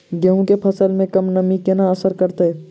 गेंहूँ केँ फसल मे कम नमी केना असर करतै?